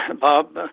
Bob